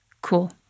Cool